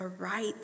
aright